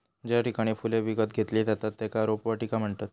ज्या ठिकाणी फुले विकत घेतली जातत त्येका रोपवाटिका म्हणतत